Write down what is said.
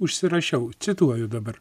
užsirašiau cituoju dabar